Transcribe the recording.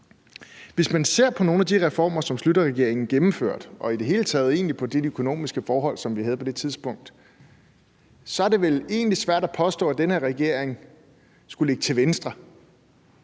hvis man ser på nogle af de reformer, som Schlüterregeringen gennemførte, og i det hele taget på de økonomiske forhold, som vi havde på det tidspunkt, er det vel egentlig svært at påstå, at den her regering skulle ligge til venstre: